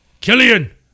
Killian